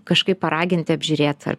kažkaip paraginti apžiūrėt ar